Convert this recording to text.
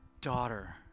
Daughter